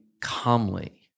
calmly